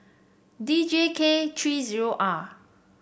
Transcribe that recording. D J K three zero R